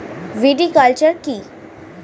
Viticulture কী?